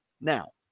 Now